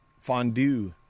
fondue